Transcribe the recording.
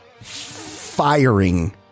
firing